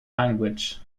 language